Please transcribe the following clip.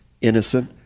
innocent